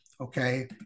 Okay